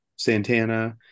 Santana